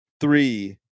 three